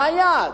מה היעד?